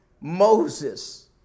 Moses